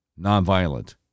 nonviolent